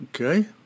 Okay